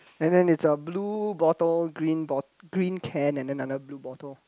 and then is a blue bottle green bot~ green can and then another blue bottle